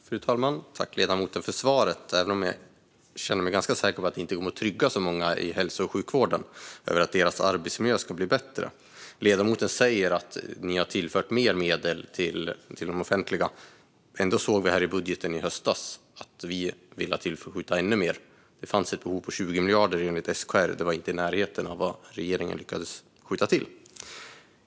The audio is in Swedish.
Fru talman! Tack för svaret, ledamoten, även om jag känner mig ganska säker på att det inte kommer att göra särskilt många inom hälso och sjukvården trygga när det gäller att deras arbetsmiljö ska bli bättre. Ledamoten säger att man har tillfört mer medel till det offentliga. Ändå såg vi i budgeten i höstas att vi hade velat skjuta till ännu mer. Det fanns ett behov av 20 miljarder enligt SKR. Det regeringen lyckades skjuta till var inte i närheten.